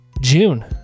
june